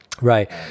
right